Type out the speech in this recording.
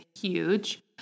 huge